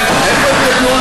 מה זה "לנו"?